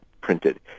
printed